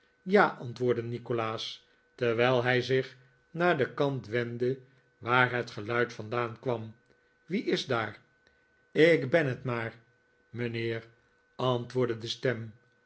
ja antwoordde nikolaas terwijl hij zich naar den kant wendde waar het geluid vandaan kwam wie is daar ik ben het maar mijnheer antwoordde de stem